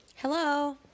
Hello